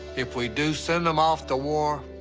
if we do send em off to war,